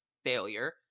failure